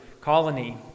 colony